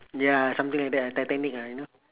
ya something that lah titanic ah you know